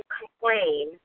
complain